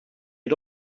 had